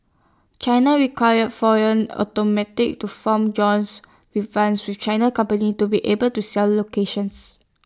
China require foreign automatic to form joins we vans with China company to be able to sell locations